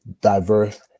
diverse